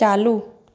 चालू